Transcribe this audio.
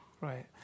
right